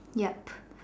yup